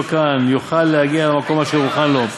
כאן יוכל להגיע אל המקום אשר הוכן לו,